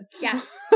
Yes